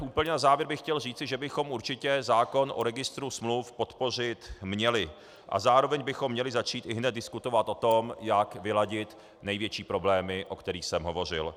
Úplně na závěr bych chtěl říci, že bychom určitě zákon o registru smluv podpořit měli a zároveň bychom měli začít ihned diskutovat o tom, jak vyladit největší problémy, o kterých jsem hovořil.